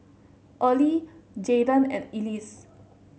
Earley Jaden and Ellis